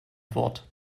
wort